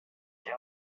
they